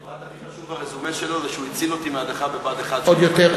הפרט הכי חשוב ברזומה שלו זה שהוא הציל אותי מהדחה בבה"ד 1. עוד יותר,